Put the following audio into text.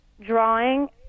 drawing